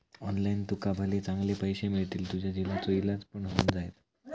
online तुका भले चांगले पैशे मिळतील, तुझ्या झिलाचो इलाज पण होऊन जायत